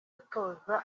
gutoza